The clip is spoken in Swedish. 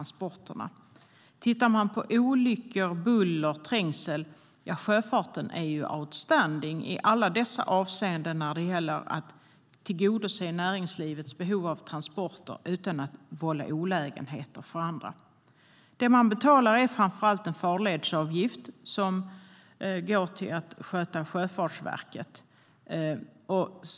Vi kan också titta på olyckor, buller och trängsel - sjöfarten är ju outstanding i alla avseenden när det gäller att tillgodose näringslivets behov av transporter utan att vålla olägenheter för andra. Det man betalar är framför allt en farledsavgift, som går till att sköta Sjöfartsverket.